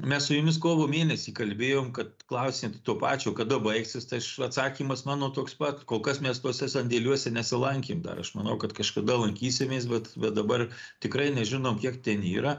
mes su jumis kovo mėnesį kalbėjom kad klausėt to pačio kada baigsis tai aš atsakymas mano toks pat kol kas mes tuose sandėliuose nesilankėm dar aš manau kad kažkada laikysimės bet bet dabar tikrai nežinom kiek ten yra